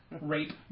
rape